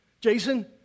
Jason